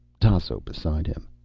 tasso beside him.